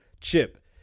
chip